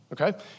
Okay